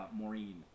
Maureen